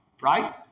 right